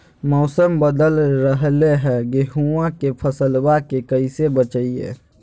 मौसम बदल रहलै है गेहूँआ के फसलबा के कैसे बचैये?